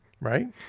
Right